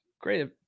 great